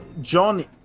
John